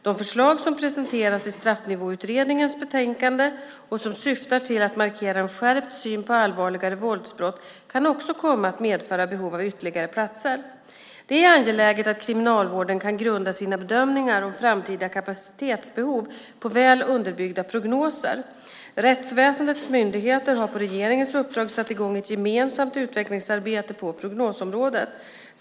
De förslag som presenteras i Straffnivåutredningens betänkande och som syftar till att markera en skärpt syn på allvarligare våldsbrott kan också komma att medföra behov av ytterligare platser. Det är angeläget att Kriminalvården kan grunda sina bedömningar om framtida kapacitetsbehov på väl underbyggda prognoser. Rättsväsendets myndigheter har på regeringens uppdrag satt i gång ett gemensamt utvecklingsarbete på prognosområdet.